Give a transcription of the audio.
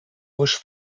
bush